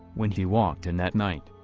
when he walked in that night.